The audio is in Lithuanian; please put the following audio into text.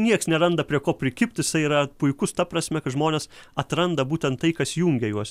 nieks neranda prie ko prikibt jisai yra puikus ta prasme kad žmonės atranda būtent tai kas jungia juos